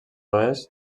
oest